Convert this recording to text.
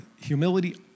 humility